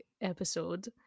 episode